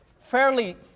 fairly